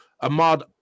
Ahmad